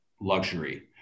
luxury